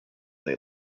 they